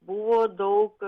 buvo daug